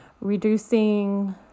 reducing